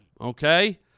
Okay